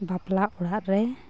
ᱵᱟᱯᱞᱟ ᱚᱲᱟᱜ ᱨᱮ